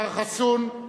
מר חסון,